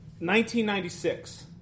1996